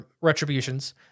retributions